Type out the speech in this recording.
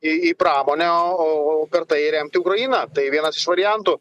į į pramonę o o per tai remti ukrainą tai vienas iš variantų